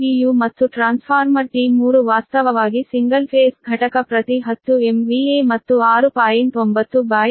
u ಮತ್ತು transformer T3 ವಾಸ್ತವವಾಗಿ single phase ಘಟಕ ಪ್ರತಿ 10 MVA ಮತ್ತು 6